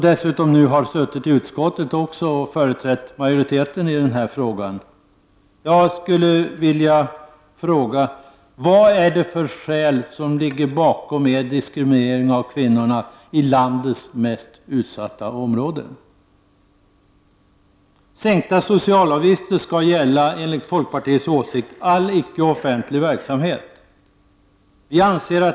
Dessutom har hon i utskottet företrätt majoriteten i den här frågan. Jag skulle vilja fråga Monica Öhman: Vad är skälen till er diskriminering av kvinnorna i landets mest utsatta områden? Sänkta socialavgifter skall enligt folkpartiet gälla för all icke offentlig verksamhet.